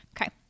Okay